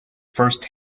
first